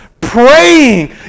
praying